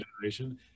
generation